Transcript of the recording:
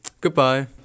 goodbye